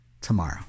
tomorrow